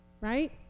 right